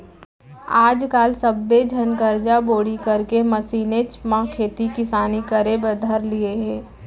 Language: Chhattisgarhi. आज काल सब्बे झन करजा बोड़ी करके मसीनेच म खेती किसानी करे बर धर लिये हें